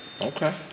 Okay